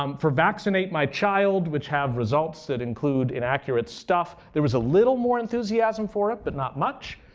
um for vaccinate my child, which have results that include inaccurate stuff, there was a little more enthusiasm for it but not much.